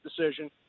decision